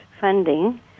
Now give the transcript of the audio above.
funding